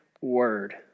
Word